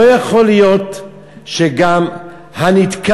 לא יכול להיות גם שהנתקף,